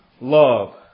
Love